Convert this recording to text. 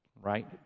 right